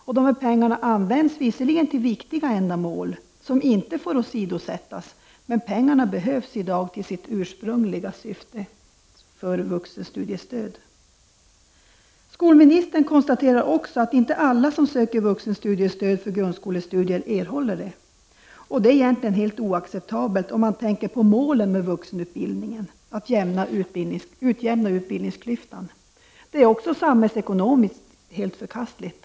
Dessa pengar används visserligen till viktiga ändamål, som inte får åsidosättas, men pengarna behövs i dag till sitt ursprungliga ändamål, som är vuxenstudiestöd. Skolministern konstaterar också att inte alla som söker vuxenstudiestöd för grundskolestudier erhåller det. Detta är egentligen helt oacceptabelt om man tänker på målet med vuxenutbildningen, att utjämna utbildningsklyftan. Det är också samhällsekonomiskt helt förkastligt.